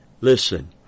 Listen